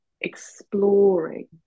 exploring